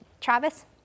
Travis